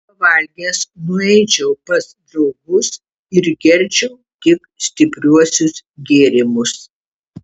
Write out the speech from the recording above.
pavalgęs nueičiau pas draugus ir gerčiau tik stipriuosius gėrimus